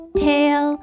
tail